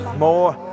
more